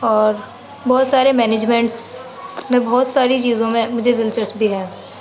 اور بہت سارے مینیجمینٹس میں بہت ساری چیزوں میں مجھے دلچسپی ہے